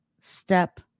step